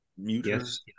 yes